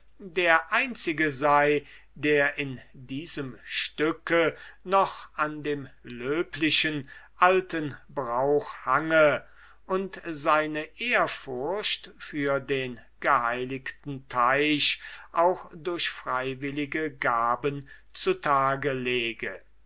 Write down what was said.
der einzige sei der in diesem stücke noch fest an dem löblichen alten brauch hange und seine ehrfurcht für den geheiligten teich auch durch freiwillige gaben zu tage lege